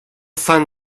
sun